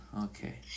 okay